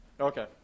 Okay